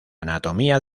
anatomía